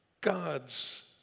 God's